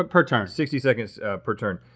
ah per turn. sixty seconds per turn.